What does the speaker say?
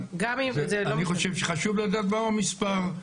אני חושב שצריך לדעת מהו המספר.